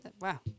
Wow